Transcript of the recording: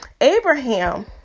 Abraham